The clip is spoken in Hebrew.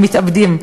המתאבדים,